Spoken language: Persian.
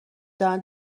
دارن